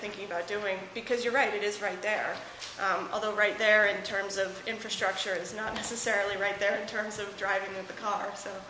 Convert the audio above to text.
thinking about doing because you're right it is right there on the right there in terms of infrastructure is not necessarily right there in terms of driving a car so